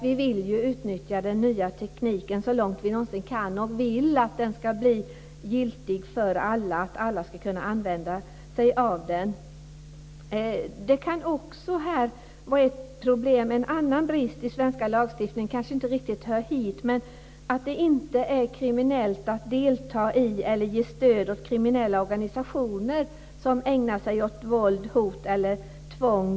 Vi vill utnyttja den nya tekniken så långt vi någonsin kan och vill att den ska bli giltig för alla och att alla ska kunna använda sig av den. Det kan här också finnas en annan brist i den svenska lagstiftningen, som kanske inte riktigt hör hit. Det är inte kriminellt att delta i eller ge stöd åt kriminella organisationer som ägnar sig åt våld, hot eller tvång.